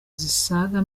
zisaga